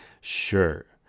Sure